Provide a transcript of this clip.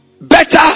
better